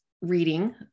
reading